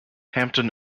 hampton